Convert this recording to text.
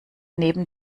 neben